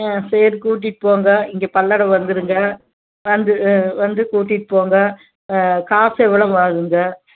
ஆ சரி கூட்டிகிட்டு போங்க இங்கே பல்லடம் வந்துடுங்க வந்து ஆ வந்து கூட்டிகிட்டு போங்க காசு எவ்வளவுங்க ஆகும்ங்க